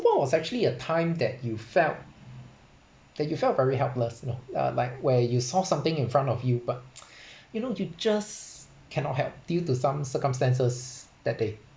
what was actually a time that you felt that you felt very helpless you know uh like where you saw something in front of you but you know you just cannot help due to some circumstances that day